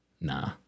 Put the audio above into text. Nah